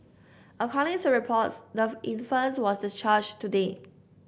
according to reports the infant was discharged today